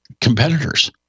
competitors